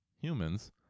humans